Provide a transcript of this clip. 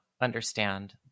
understand